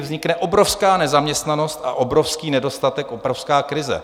Vznikne obrovská nezaměstnanost a obrovský nedostatek, obrovská krize.